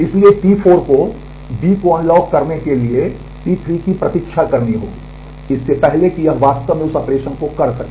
इसलिए T4 को B को अनलॉक करने के लिए T3 की प्रतीक्षा करनी होगी इससे पहले कि वह वास्तव में उस ऑपरेशन को कर सके